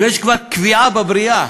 ויש כבר קביעה, בבריאה,